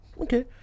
Okay